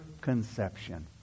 conception